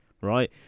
right